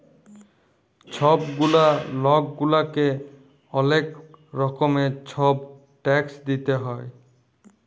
ছব গুলা লক গুলাকে অলেক রকমের ছব ট্যাক্স দিইতে হ্যয়